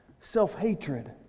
self-hatred